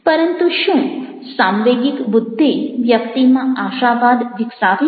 પરંતુ શું સાંવેગિક બુદ્ધિ વ્યક્તિમાં આશાવાદ વિકસાવી શકે